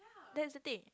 that's the thing